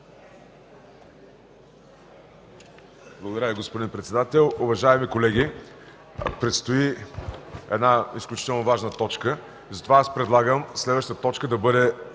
Благодаря, господин председател. Уважаеми колеги, предстои една изключително важна точка и затова предлагам тя да бъде